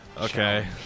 Okay